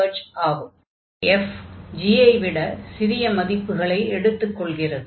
f g ஐ விட சிறிய மதிப்புகளை எடுத்துக் கொள்கிறது